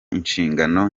inshingano